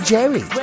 Jerry